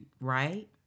right